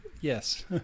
Yes